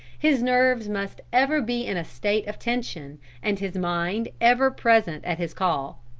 his nerves must ever be in a state of tension and his mind ever present at his call.